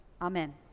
Amen